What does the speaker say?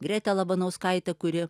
greta labanauskaitė kuri